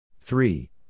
three